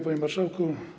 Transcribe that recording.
Panie Marszałku!